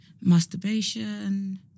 masturbation